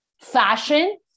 fashion